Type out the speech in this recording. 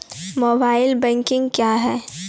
Mobile banking क्या हैं?